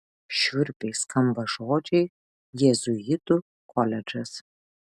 šiurpiai skamba žodžiai jėzuitų koledžas